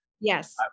Yes